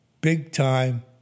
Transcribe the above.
big-time